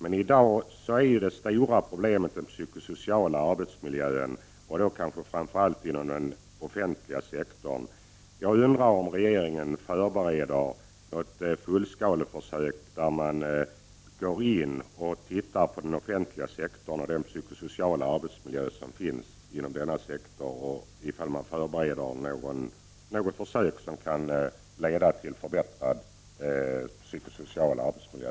I dag har vi stora problem med den psykosociala arbetsmiljön, kanske framför allt inom den offentliga sektorn. Jag undrar om regeringen förbereder något fullskaleförsök inom den offentliga sektorn därvidlag. Förbereder man något försök som kan leda till förbättrad psykosocial arbetsmiljö?